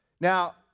Now